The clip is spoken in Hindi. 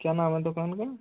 क्या नाम है दुकान का